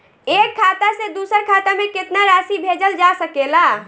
एक खाता से दूसर खाता में केतना राशि भेजल जा सके ला?